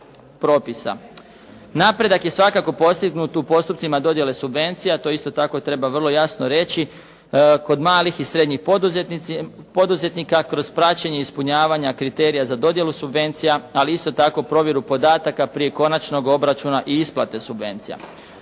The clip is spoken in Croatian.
Napredak je svakako postignut u postupcima dodjele subvencija. To isto tako treba vrlo jasno reći. Kod malih i srednjih poduzetnika, kroz praćenje ispunjavanja kriterija za dodjelu subvencija, ali isto tako provjeru podataka prije konačnog obračuna i isplate subvencija.